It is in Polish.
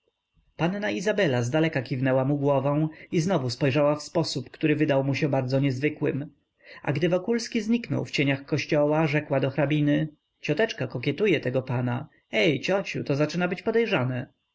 panna izabela zdaleka kiwnęła mu głową i znowu spojrzała w sposób który wydał mu się bardzo niezwykłym a gdy wokulski zniknął w cieniach kościoła rzekła do hrabiny cioteczka kokietuje tego pana ej ciociu to zaczyna być podejrzane